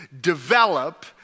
develop